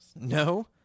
No